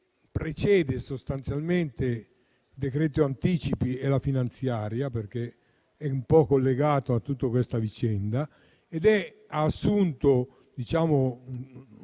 precede sostanzialmente il decreto anticipi e la finanziaria, perché è in un certo senso collegato a tutta questa vicenda, ha assunto le